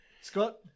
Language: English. Scott